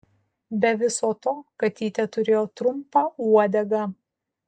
be viso to katytė turėjo trumpą uodegą